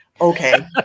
okay